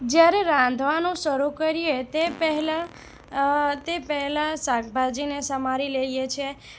જ્યારે રાંધવાનું શરૂ કરીએ તે પહેલાં તે પહેલાં શાકભાજીને સમારી લઈએ છે